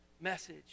message